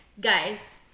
guys